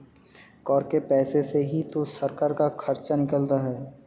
कर के पैसे से ही तो सरकार का खर्चा निकलता है